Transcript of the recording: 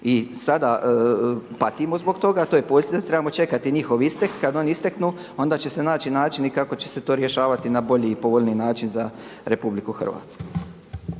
i sada patimo zbog toga a to je …/Govornik se ne razumije./… da trebamo čekati njihov istek, kada oni isteknu onda će se naći načini kako će se to rješavati na bolji i povoljniji način za RH.